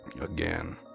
again